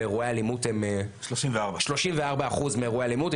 34%. 34% אחוז מאירועי האלימות,